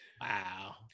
wow